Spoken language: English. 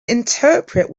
interpret